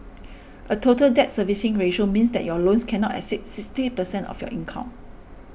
a Total Debt Servicing Ratio means that your loans cannot exceed sixty percent of your income